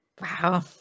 Wow